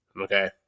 Okay